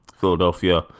Philadelphia